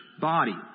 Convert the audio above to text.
body